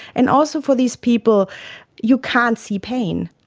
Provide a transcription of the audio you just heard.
and also for these people you can't see pain,